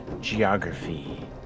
geography